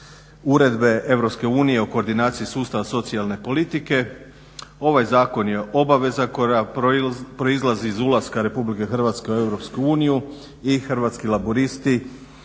uredbe EU o koordinaciji sustava socijalne politike, ovaj zakon je obaveza koja proizlazi iz ulaska RH u EU i Hrvatski laburisti